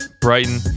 Brighton